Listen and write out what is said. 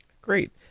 Great